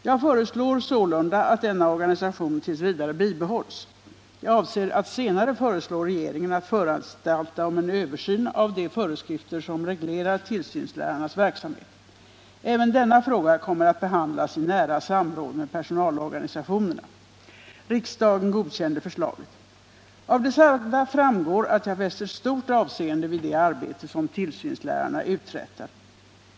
Jag föreslår sålunda att denna organisation tills vidare bibehålls. Jag avser att senare föreslå regeringen att föranstalta om en översyn av de föreskrifter som reglerar tillsynslärarnas verksamhet. Även denna fråga kommer att behandlas i nära samråd med personalorganisationerna.” Av det sagda framgår att jag fäster stort avseende vid det arbete som tillsynslärarna uträttar.